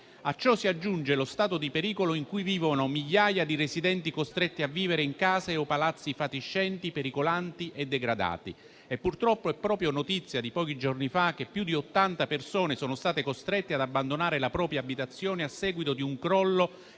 A ciò si aggiunge lo stato di pericolo in cui vivono migliaia di residenti, costretti a vivere in case o palazzi fatiscenti, pericolanti e degradati. Purtroppo è notizia di pochi giorni fa che più di 80 persone sono state costrette ad abbandonare la propria abitazione a seguito di un crollo